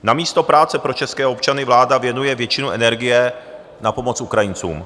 Namísto práce pro české občany vláda věnuje většinu energie na pomoc Ukrajincům.